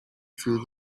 through